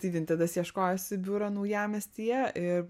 tai vintedas ieškojosi biuro naujamiestyje ir